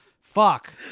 fuck